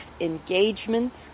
engagements